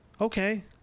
okay